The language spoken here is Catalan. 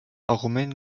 augment